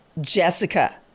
Jessica